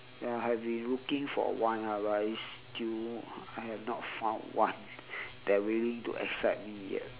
ya I have been looking for one ah but it's still I have not found one that willing to accept me yet